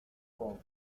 con